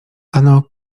ano